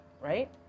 Right